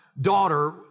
daughter